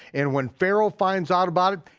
and when pharaoh finds out about it,